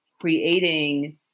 creating